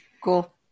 Cool